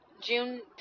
June